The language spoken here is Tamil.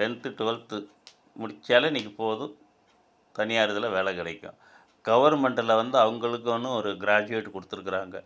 டென்த்து ட்வெல்த்து முடிச்சாலே இன்றைக்கி போதும் தனியார் இதில் வேலை கிடைக்கும் கவர்மெண்ட்டில் வந்து அவங்களுக்குனு ஒரு க்ராஜுவேட் கொடுத்துருக்குறாங்க